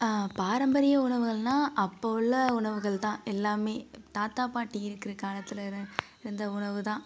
பாரம்பரிய உணவுகள்னால் அப்போ உள்ள உணவுகள்தான் எல்லாமே தாத்தா பாட்டி இருக்கிற காலத்து இரு இருந்த உணவுதான்